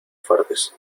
fuertes